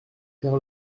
faire